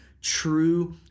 true